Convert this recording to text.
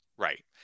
Right